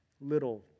little